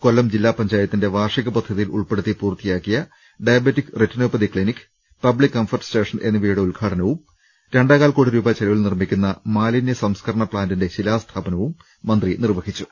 കൊല്ലം ജില്ലാ പഞ്ചായത്തിന്റെ വാർഷിക പദ്ധതിയിൽ ഉൾപ്പെടുത്തി പൂർത്തിയാക്കിയ diabetic retinopathy clinic public comfort station എന്നിവയുടെ ഉദ്ഘാടനവും രണ്ടേകാൽ കോടി രൂപ ചെലവിൽ നിർമിക്കുന്ന മാലിന്യ സംസ്കരണ പ്ലാന്റിന്റെ ശിലാസ്ഥാപനവും മന്ത്രി നിർവഹിച്ചു